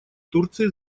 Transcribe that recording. турции